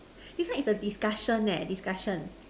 this one is the discussion leh discussion